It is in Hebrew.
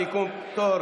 תודה